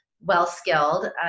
well-skilled